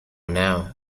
now